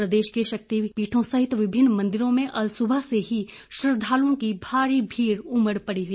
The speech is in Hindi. प्रदेश के शक्तिपीठों सहित विभिन्न मंदिरों में अलसुबह से ही श्रद्दालुओं की भारी भीड़ उमंड़ी हुई है